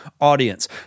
audience